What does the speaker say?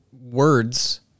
words